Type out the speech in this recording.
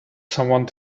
someone